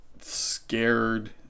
scared